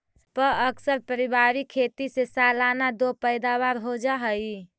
प्अक्सर पारिवारिक खेती से सालाना दो पैदावार हो जा हइ